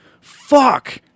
fuck